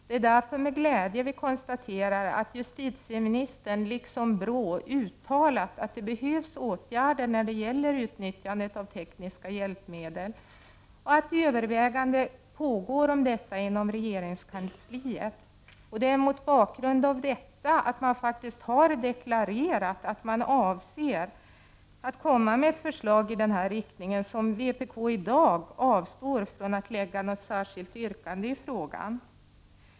Det är därför med glädje vi konstaterar att justitieministern, liksom BRÅ, har uttalat att det behövs åtgärder när det gäller utnyttjande av tekniska hjälpmedel och att överväganden om detta pågår inom regeringskansliet. Det är mot bakgrund av att regeringen faktiskt har deklarerat att den avser att komma med ett förslag i denna riktning som vpk i dag avstår från att lägga fram något särskilt yrkande i frågan.